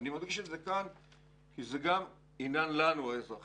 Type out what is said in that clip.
אני מדגיש את זה כאן כי זה גם עניין לנו האזרחים